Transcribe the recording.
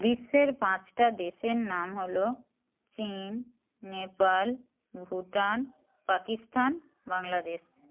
বিশ্বের পাঁচটা দেশের নাম হলো চীন নেপাল ভুটান পাকিস্তান বাংলাদেশ